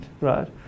right